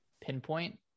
pinpoint